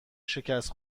شکست